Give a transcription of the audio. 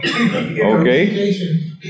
Okay